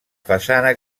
façana